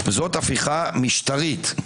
זו הפיכה משטרית.